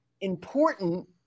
important